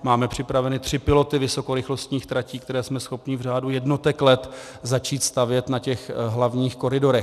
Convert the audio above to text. Máme připraveny tři piloty vysokorychlostních tratí, které jsme schopni v řádu jednotek let začít stavět na hlavních koridorech.